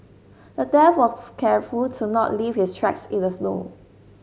the thief was careful to not leave his tracks in the snow